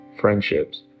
friendships